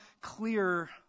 clear